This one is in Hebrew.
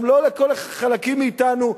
גם לא לכל החלקים מאתנו,